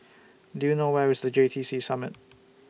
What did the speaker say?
Do YOU know Where IS The J T C Summit